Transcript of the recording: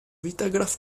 vitagraph